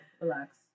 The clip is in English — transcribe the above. Relax